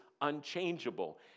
unchangeable